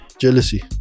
Jealousy